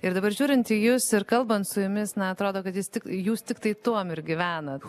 ir dabar žiūrint į jus ir kalbant su jumis na atrodo kad jis tik jūs tiktai tuom ir gyvena